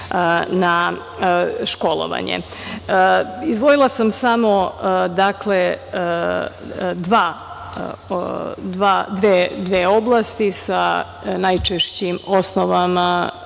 na školovanje. Izdvojila sam samo dve oblasti sa najčešćim osnovama